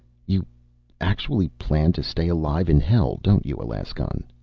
you actually plan to stay alive in hell, don't you, alaskon?